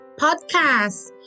podcast